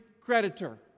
creditor